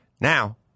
Now